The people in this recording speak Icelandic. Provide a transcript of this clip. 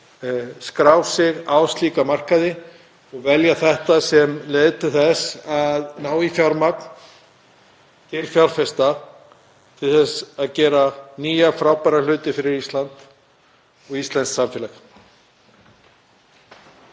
skrá sig á slíka markaði og velja þetta sem leið til þess að ná í fjármagn. Þeir fjárfesta til þess að gera nýja frábæra hluti fyrir Ísland og íslenskt samfélag.